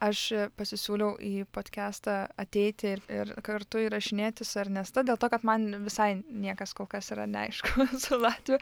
aš pasisiūliau į podkestą ateiti ir kartu įrašinėti su ernesta dėl to kad man visai niekas kol kas yra neaišku latvių